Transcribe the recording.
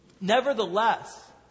Nevertheless